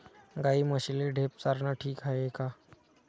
गाई म्हशीले ढेप चारनं ठीक हाये का?